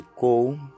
Go